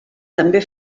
també